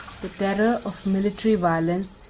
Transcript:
the terror of military violence,